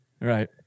Right